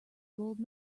gold